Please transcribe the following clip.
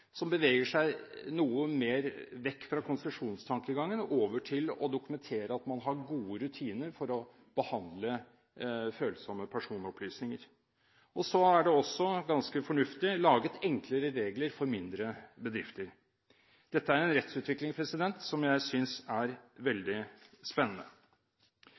som beveger seg noe mer vekk fra konsesjonstankegangen og over til å dokumentere at man har gode rutiner for å behandle følsomme personopplysninger. Så er det også – ganske fornuftig – laget enklere regler for mindre bedrifter. Dette er en rettsutvikling som jeg synes er veldig spennende.